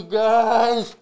guys